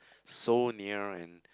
so near and